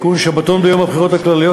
44) (שבתון ביום הבחירות הכלליות),